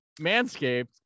Manscaped